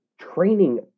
training